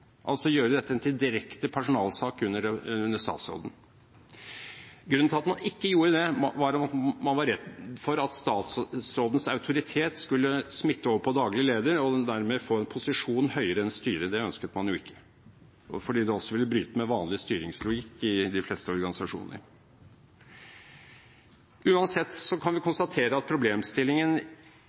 altså gjøre dette til en direkte personalsak under statsråden. Grunnen til at man ikke gjorde det, var at man var redd for at statsrådens autoritet skulle smitte over på daglig leder som dermed får en posisjon høyere enn styret. Det ønsket man jo ikke, fordi det også ville bryte med vanlig styringslogikk i de fleste organisasjoner. Uansett kan vi konstatere at problemstillingen